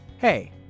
Hey